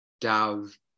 Dove